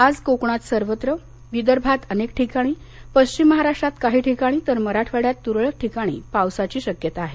आज कोकणात सर्वत्र विदर्भात अनेक ठिकाणी पश्चिम महाराष्ट्रात काही ठिकाणी तर मराठवाड्यात तुरळक ठिकाणी पावसाची शक्यता आहे